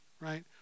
right